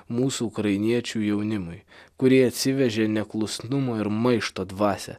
mūsų ukrainiečių jaunimui kurie atsivežė neklusnumo ir maišto dvasią